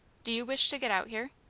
do you wish to get out here?